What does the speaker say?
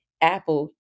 apple